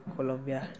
Colombia